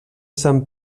sant